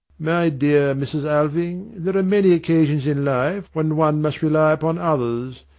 my dear mrs. alving, there are many occasions in life when one must rely upon others.